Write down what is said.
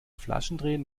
flaschendrehen